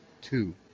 Two